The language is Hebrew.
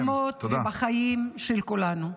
-- בנשמות ובחיים של כולנו.